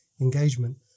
engagement